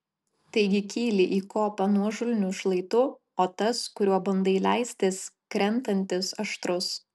taigi kyli į kopą nuožulniu šlaitu o tas kuriuo bandai leistis krentantis aštrus